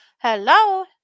Hello